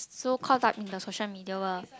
so caught up in the social media world